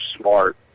smart